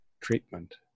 treatment